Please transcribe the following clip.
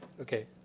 Okay